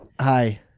Hi